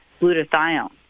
glutathione